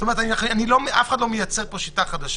זאת אומרת, אף אחד לא מייצר פה שיטה חדשה.